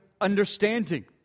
understanding